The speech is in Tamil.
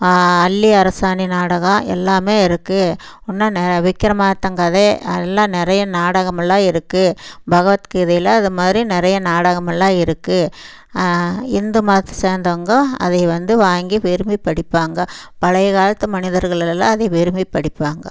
அல்லி அரசாணி நாடகம் எல்லாம் இருக்கு இன்னும் விக்ரமாதித்யன் கதை எல்லாம் நிறைய நாடகமெல்லாம் இருக்கு பகவத் கீதையில் அது மாதிரி நிறைய நாடகமெல்லாம் இருக்கு இந்து மதத்தை சேர்ந்தவங்க அதை வந்து வாங்கி விரும்பி படிப்பாங்க பழைய காலத்து மனிதர்கள் எல்லாம் அதை விரும்பி படிப்பாங்க